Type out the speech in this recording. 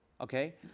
okay